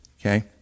Okay